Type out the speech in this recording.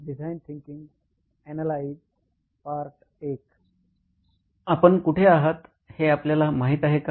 आपण कुठे आहात हे आपल्याला माहिती आहे का